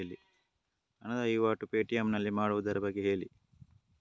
ಹಣದ ವಹಿವಾಟು ಪೇ.ಟಿ.ಎಂ ನಲ್ಲಿ ಮಾಡುವುದರ ಬಗ್ಗೆ ಹೇಳಿ